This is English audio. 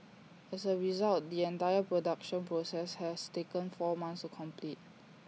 as A result the entire production process has taken four months to complete